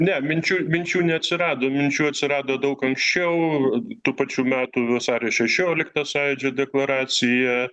ne minčių minčių neatsirado minčių atsirado daug anksčiau tų pačių metų vasario šešiolikta sąjūdžio deklaraciją